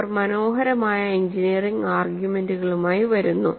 അവർ മനോഹരമായ എഞ്ചിനീയറിംഗ് ആർഗ്യുമെന്റുകളുമായി വരുന്നു